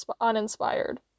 uninspired